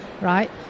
right